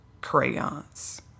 crayons